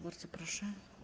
Bardzo proszę.